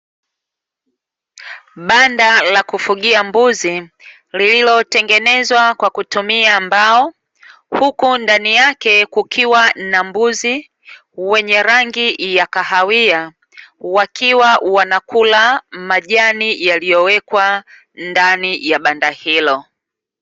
Banda la kufugia mbuzi lililotengenezwa kwa kutumia mbao, huku ndani yake kukiwa na mbuzi wenye rangi ya kahawia, wakiwa wanakula majani yaliyowekwa ndani ya banda hilo.